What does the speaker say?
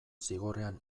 zigorrean